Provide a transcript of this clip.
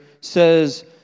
says